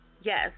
yes